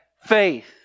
faith